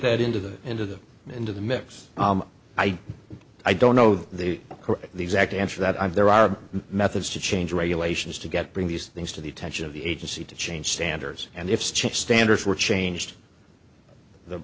that into the into the into the mix i do i don't know the exact answer that i've there are methods to change regulations to get bring these things to the attention of the agency to change standards and if chip standards were changed the